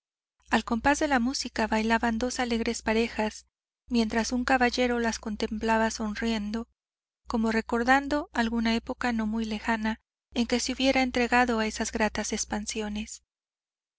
al compás de la música bailaban dos alegres parejas mientras un caballero las contemplaba sonriendo como recordando alguna época no muy lejana en que se hubiera entregado a esas gratas expansiones